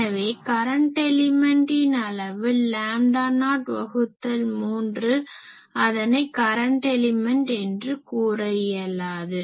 எனவே கரன்ட் எலிமென்டின் அளவு லாம்டா நாட் வகுத்தல் 3 அதனை கரன்ட் எலிமென்ட் என்று கூற இயலாது